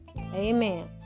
Amen